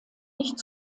nicht